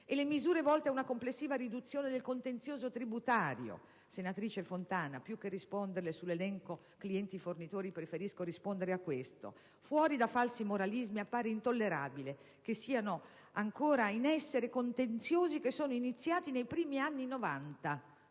E le misure volte a una complessiva riduzione del contenzioso tributario? Senatrice Fontana, più che risponderle sull'elenco clienti-fornitori, preferisco rispondere a questo. Fuori da falsi moralismi, appare intollerabile che siano ancora in essere contenziosi iniziati nei primi anni